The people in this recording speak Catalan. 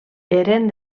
eren